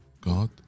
God